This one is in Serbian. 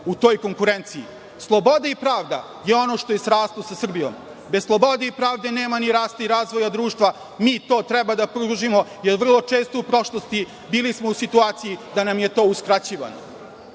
u toj konkurenciji. Sloboda i pravda je ono što je sraslo sa Srbijom. Bez slobode i pravde nema ni rasta i razvoja društva. Mi to treba da pružimo, jer smo vrlo često u prošlosti bili u situaciji da nam je to uskraćivano. Da